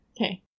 Okay